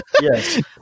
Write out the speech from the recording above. yes